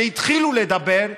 שהתחילו לדבר,